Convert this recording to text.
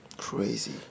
crazy